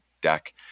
deck